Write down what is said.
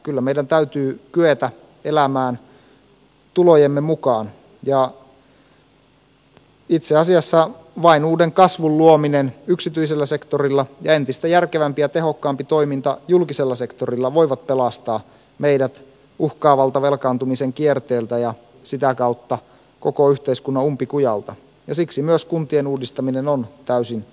kyllä meidän täytyy kyetä elämään tulojemme mukaan ja itse asiassa vain uuden kasvun luominen yksityisellä sektorilla ja entistä järkevämpi ja tehokkaampi toiminta julkisella sektorilla voivat pelastaa meidät uhkaavalta velkaantumisen kierteeltä ja sitä kautta koko yhteiskunnan umpikujalta ja siksi myös kuntien uudistaminen on täysin välttämätöntä